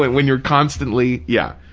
when you're constantly, yeah,